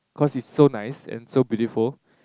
cause it's so nice and so beautiful